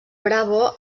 bravo